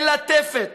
מלטפת,